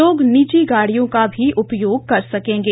लोग निजी गाड़ियों का भी उपयोग कर सकेंगे